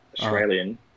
Australian